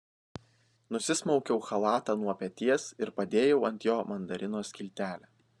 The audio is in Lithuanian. nusismaukiau chalatą nuo peties ir padėjau ant jo mandarino skiltelę